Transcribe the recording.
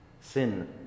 Sin